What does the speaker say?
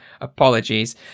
apologies